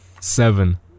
Seven